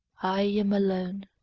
i am alone.